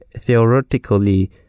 theoretically